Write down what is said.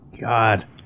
God